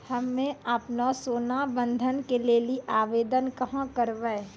हम्मे आपनौ सोना बंधन के लेली आवेदन कहाँ करवै?